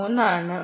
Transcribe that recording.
3 ആണ്